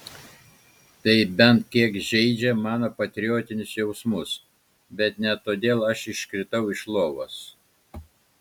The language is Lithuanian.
tai bent kiek žeidžia mano patriotinius jausmus bet ne todėl aš iškritau iš lovos